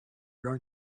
going